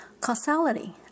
Causality